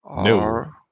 No